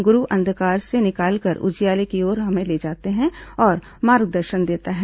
गुरू अंधकार से निकालकर उजियारे की ओर ले जाता है उसे मार्गदर्शन देता है